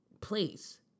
place